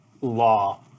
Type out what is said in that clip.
law